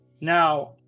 Now